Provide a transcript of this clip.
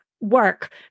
work